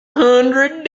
hundred